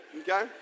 okay